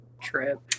trip